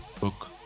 book